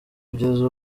kugeza